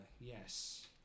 yes